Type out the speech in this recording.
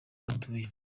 batuye